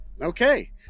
Okay